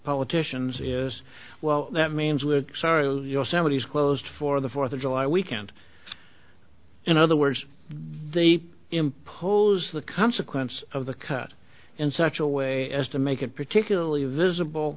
politicians is well that means we're sorry your samedi is closed for the fourth of july weekend in other words they impose the consequence of the cut in such a way as to make it particularly visible